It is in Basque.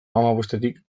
hamabostetik